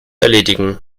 erledigen